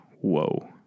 whoa